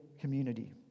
community